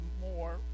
more